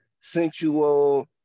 sensual